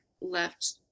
left